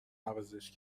عوضش